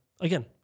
again